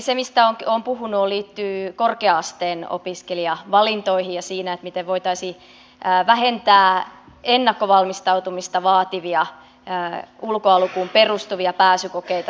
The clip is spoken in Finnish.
se mistä olen puhunut liittyy korkea asteen opiskelijavalintoihin ja miten siinä voitaisiin vähentää ennakkovalmistautumista vaativia ulkolukuun perustuvia pääsykokeita